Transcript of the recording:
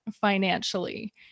financially